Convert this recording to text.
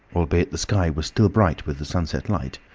albeit the sky was still bright with the sunset light,